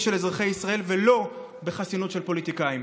של אזרחי ישראל ולא בחסינות של פוליטיקאים.